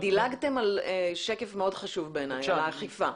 רגע, דילגתם על שקף מאוד חשוב בעיניי האכיפה.